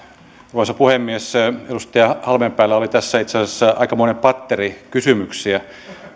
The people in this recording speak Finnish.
arvoisa puhemies edustaja halmeenpäällä oli tässä itse asiassa aikamoinen patteri kysymyksiä